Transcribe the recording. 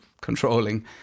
controlling